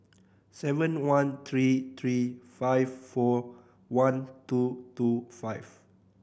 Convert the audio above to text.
seven one three three five four one two two five